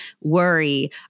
worry